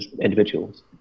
individuals